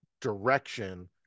direction